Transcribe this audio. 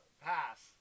Pass